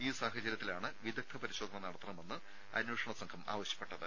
ഈ സാഹചര്യത്തിലാണ് വിദഗ്ദ്ധ പരിശോധന നടത്തണമെന്ന് അന്വേഷണ സംഘം ആവശ്യപ്പെട്ടത്